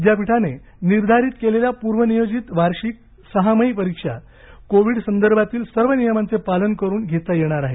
विद्यापीठाने निर्धारीत केलेल्या पूर्व नियोजित वार्षिक सहामाही परीक्षा कोविड संदर्भातील सर्व नियमांचे पालन करून घेता येणार आहेत